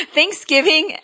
Thanksgiving